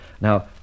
Now